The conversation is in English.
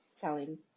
telling